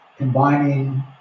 Combining